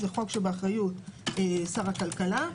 זה חוק שבאחריות שר הכלכלה.